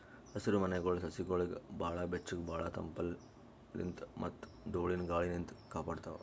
ಹಸಿರಮನೆಗೊಳ್ ಸಸಿಗೊಳಿಗ್ ಭಾಳ್ ಬೆಚ್ಚಗ್ ಭಾಳ್ ತಂಪಲಿನ್ತ್ ಮತ್ತ್ ಧೂಳಿನ ಗಾಳಿನಿಂತ್ ಕಾಪಾಡ್ತಾವ್